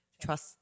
trust